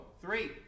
three